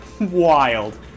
Wild